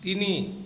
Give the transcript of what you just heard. ତିନି